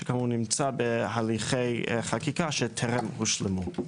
שגם הוא נמצא בהליכי חקיקה שטרם הושלמו.